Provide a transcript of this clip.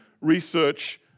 research